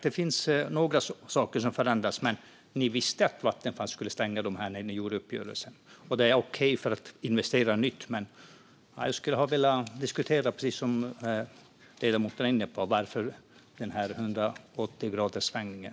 Det finns några saker som har förändrats, men ni visste att Vattenfall skulle stänga dessa verk när ni gjorde uppgörelsen. Det är okej att investera i nytt, men jag skulle vilja diskutera den här 180-graderssvängen.